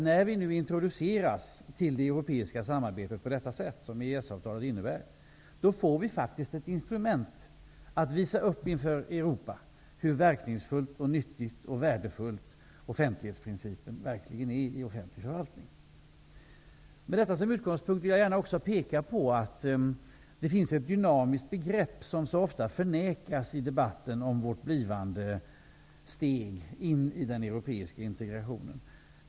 När vi nu introduceras i det europeiska samarbetet på det sätt som EES-avtalet innebär, får vi faktiskt ett instrument för att visa upp inför Europa hur verkningsfull, nyttig och värdefull offentlighetsprincipen verkligen är i offentlig förvaltning. Med detta som utgångspunkt vill jag också gärna peka på att det finns ett dynamiskt begrepp som ofta förnekas i debatten om vårt blivande steg in i den europeiska integrationen.